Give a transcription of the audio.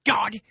God